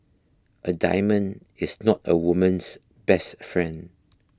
a diamond is not a woman's best friend